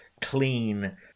clean